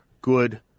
good